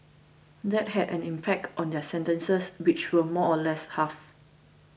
that had an impact on their sentences which were more or less halved